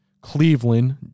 Cleveland